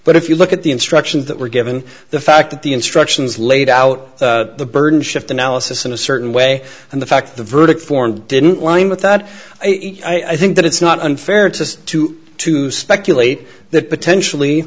but if you look at the instructions that were given the fact that the instructions laid out the burden shift analysis in a certain way and the fact the verdict form didn't line with that i think that it's not unfair to to to speculate that potentially